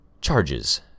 Charges